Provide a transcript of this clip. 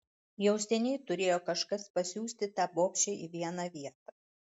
jau seniai turėjo kažkas pasiųsti tą bobšę į vieną vietą